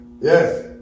yes